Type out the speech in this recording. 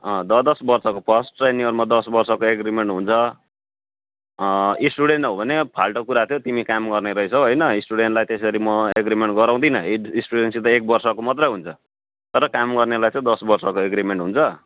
अँ द दस वर्षको फर्स्ट टेन इयरमा दस वर्षको एग्रिमेन्ट हुन्छ स्टुडेन्ट हो भने फाल्टो कुरा थियो तिमी काम गर्ने रहेछौ होइन स्टुडेन्टलाई त्यसरी म एग्रिमेन्ट गराउँदिनँ स्टुडेन्टसित एक वर्षको मात्रै हुन्छ तर काम गर्नेलाई चाहिँ दस वर्षको एग्रिमेन्ट हुन्छ